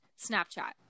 Snapchat